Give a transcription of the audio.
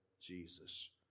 Jesus